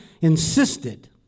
insisted